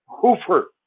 hooper